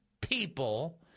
people